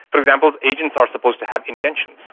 but example, agents are supposed to have intentions.